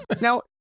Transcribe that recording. Now